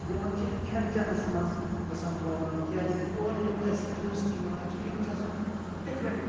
یِمن چھُ کھٮ۪ن چٮ۪نَس منٛز گژھان پروبلِم کیازِ کہِ اورٕ یِم اَسہِ ٹوٗرِسٹہٕ یِوان چھِ یِم چھِ آسان ڈِفرنٹ